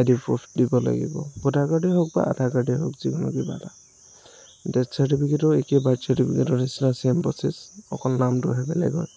আই D proof দিব লাগিব voter কাৰ্ডেই হওঁক বা আধাৰ কাৰ্ডেই হওঁক যিকোনো কিবা এটা ডেথ চাৰ্টিফিকেটৰো একেই বাৰ্থ চাৰ্টিফিকেটৰ নিচিনা চেম প্ৰছেচ অকল নামটোহে বেলেগ হয়